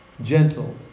Gentle